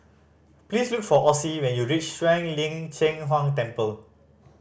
please look for Ossie when you reach Shuang Lin Cheng Huang Temple